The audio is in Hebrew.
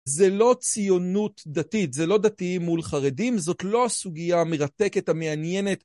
זה לא ציונות דתית, זה לא דתיים מול חרדים, זאת לא הסוגיה המרתקת המעניינת.